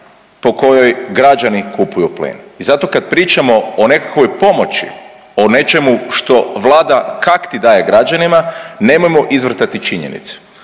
po kojoj građani kupuju plin. I zato kad pričamo o nekakvoj pomoći, o nečemu što Vlada kak ti daje građanima nemojmo izvrtati činjenice,